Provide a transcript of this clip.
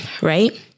Right